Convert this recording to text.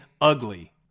ugly